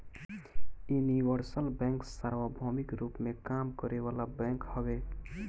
universal bank सार्वभौमिक रूप में काम करे वाला बैंक हवे